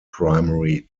primary